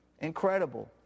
incredible